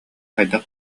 хайдах